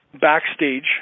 backstage